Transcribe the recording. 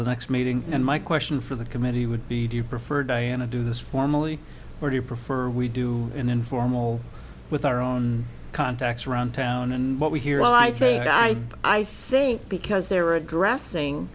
the next meeting and my question for the committee would be do you prefer diana do this formally or do you prefer we do an informal with our own contacts around town and what we hear well i think i i think because they're addressing